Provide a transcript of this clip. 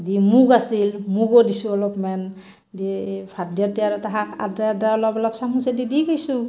দি মুগ আছিল মুগো দিছোঁ অলপমান দি ভাত দিওঁতে আৰু তাহাক আদা আদা অলপ অলপ চামুচেদি দি গেইছোঁ